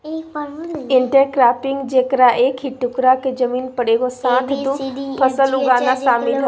intercropping जेकरा एक ही टुकडा के जमीन पर एगो साथ दु फसल उगाना शामिल हइ